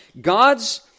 God's